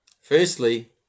Firstly